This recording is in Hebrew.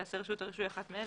תעשה רשות הרישוי אחת מאלה,